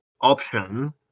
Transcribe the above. option